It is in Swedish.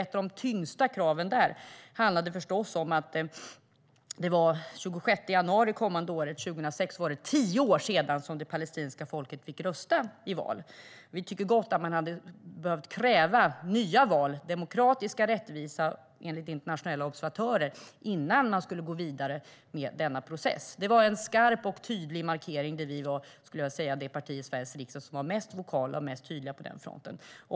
Ett av de tyngsta kraven där handlade förstås om att det den 26 januari 2016 är tio år sedan som det palestinska folket fick rösta i val. Vi tycker gott att man hade behövt kräva nya demokratiska och rättvisa val, enligt internationella observatörer, innan man skulle gå vidare med denna process. Det var en skarp och tydlig markering där vi, skulle jag vilja säga, var det parti i Sveriges riksdag som var mest vokalt och mest tydligt på den fronten.